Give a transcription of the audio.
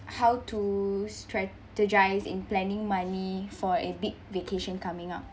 how to strategize in planning money for a big vacation coming up